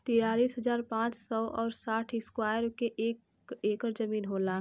तिरालिस हजार पांच सौ और साठ इस्क्वायर के एक ऐकर जमीन होला